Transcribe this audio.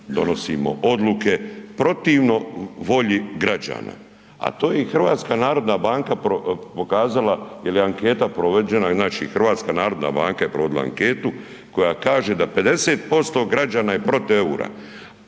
donosimo odluke protivno volji građana. A to je i HNB pokazala jer je anketa provođena, znači HNB je provodila anketu koja kaže da 50% građana je protiv